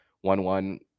one-one